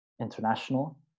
international